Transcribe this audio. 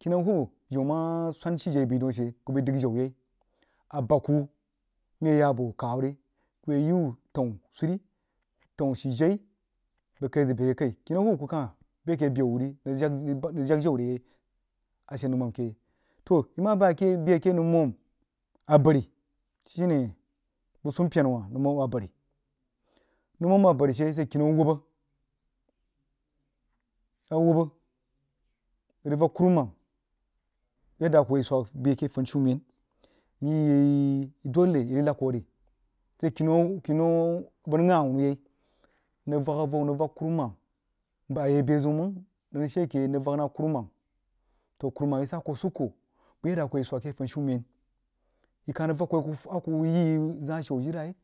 kinau hubbah jima mah swan shijei bəa daun a shee kuh bəi dəg jau yai abəg kuh nəng ye yah boh kau ri kuh yeh yi wuh təun swiri, təun shijeui, bəg kai a zəg bəa a kaig kinau hubba kuh kah bəa akeh bewuh ri nəng jak jau re yai a she noumum keh toh keh noumum abari shine bəg swampyen wah noumum abari noumum abari she a she kenan a wubba, awubba bəg rig vak kummam yadda a kuh hoo yi swak bəa ake funishumen yi dile yi rig lag kuh ri kinau bəg rig shah awunu yai mrig vak a vou nrig vak kurumam a yag behzəun mang rig shii a keh yai mang vak kurumam toh kurumam yi sah kuh sikko bəg yadda a kuh hoo swak ake funshuman yi kab rig vak lenh a kyh yi yi zah shiri n ajilai.